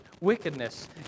wickedness